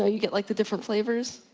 ah you get like the different flavors?